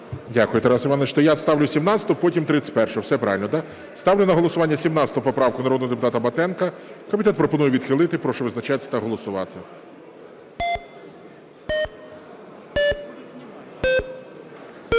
Дякую, Тарас Іванович. Я ставлю 17-у, потім 31-у. Все правильно, да? Ставлю на голосування 17 поправку народного депутата Батенка. Комітет пропонує відхилити. Прошу визначатись та голосувати.